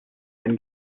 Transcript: been